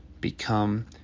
become